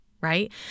right